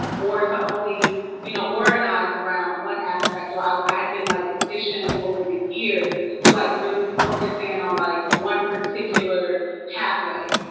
or to only you know organize around one aspect, or i had been, like, conditioned over the years to like really focus in on like one particular pathway.